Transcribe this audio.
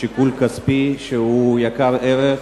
שהוא שיקול כספי יקר ערך.